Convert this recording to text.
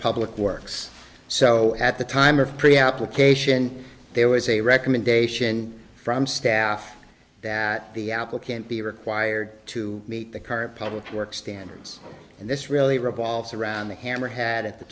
public works so at the time of pre application there was a recommendation from staff that the applicant be required to meet the current public work standards and this really revolves around the hammer had